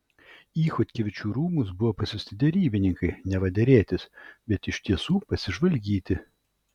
į chodkevičių rūmus buvo pasiųsti derybininkai neva derėtis bet iš tiesų pasižvalgyti